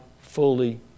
fully